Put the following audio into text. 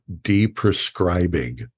de-prescribing